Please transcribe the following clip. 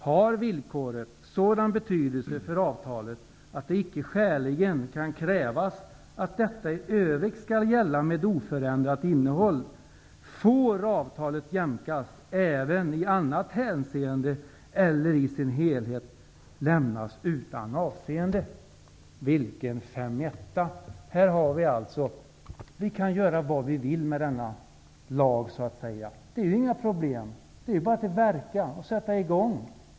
Har villkoret sådan betydelse för avtalet att det icke skäligen kan krävas att detta i övrigt skall gälla med oförändrat innehåll, får avtalet jämkas även i annat hänseende eller i sin helhet lämnas utan avseende.'' Vilken femetta! Vi kan alltså göra vad vi vill med denna lag. Det är ju inga problem. Det är bara att verka, att sätta i gång.